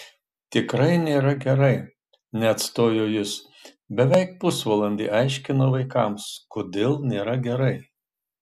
tikrai nėra gerai neatstojo jis beveik pusvalandį aiškinau vaikams kodėl nėra gerai